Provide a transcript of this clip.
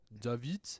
David